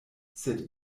sed